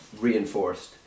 reinforced